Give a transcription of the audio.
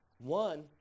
one